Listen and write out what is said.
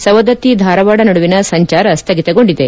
ಸವದತ್ತಿ ಧಾರವಾಡ ನಡುವಿನ ಸಂಚಾರ ಸ್ಯಗಿತಗೊಂಡಿದೆ